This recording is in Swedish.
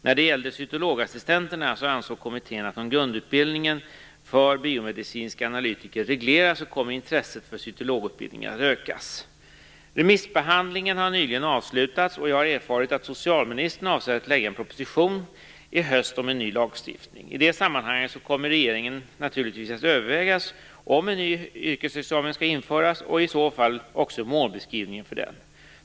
När det gällde cytologassistenterna ansåg kommittén att om grundutbildningen för biomedicinska analytiker regleras kommer intresset för cytologutbildningen att öka. Remissbehandlingen har nyligen avslutats, och jag har erfarit att socialministern avser att i höst lägga fram en proposition om en ny lagstiftning. I det sammanhanget kommer regeringen naturligtvis att överväga om en ny yrkesexamen skall införas och i så fall också målbeskrivning för denna.